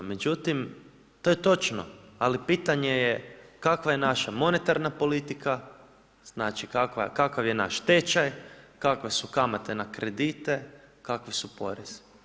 Međutim, to je točno, ali pitanje je kakva je naša monetarna politika, znači kakvi je naš tečaj, kakvi su kamate na kredite, kakvi su porezi.